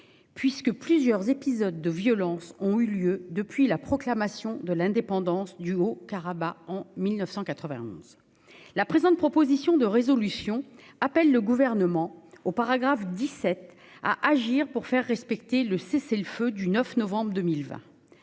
puisque plusieurs épisodes de violences ont eu lieu depuis la proclamation de l'indépendance du Haut-Karabagh en 1991. La présente proposition de résolution vise, à son alinéa 17, à pousser le Gouvernement à agir pour faire respecter le cessez-le-feu du 9 novembre 2020.